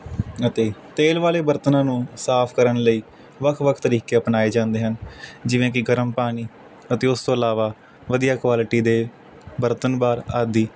ਅਤੇ ਤੇਲ ਵਾਲੇ ਬਰਤਨਾਂ ਨੂੰ ਸਾਫ਼ ਕਰਨ ਲਈ ਵੱਖ ਵੱਖ ਤਰੀਕੇ ਅਪਣਾਏ ਜਾਂਦੇ ਹਨ ਜਿਵੇਂ ਕਿ ਗਰਮ ਪਾਣੀ ਅਤੇ ਉਸ ਤੋਂ ਇਲਾਵਾ ਵਧੀਆ ਕੁਆਲਿਟੀ ਦੇ ਬਰਤਨ ਬਾਰ ਆਦਿ